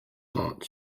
heart